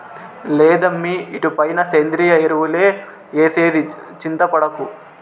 లేదమ్మీ ఇటుపైన సేంద్రియ ఎరువులే ఏసేది చింతపడకు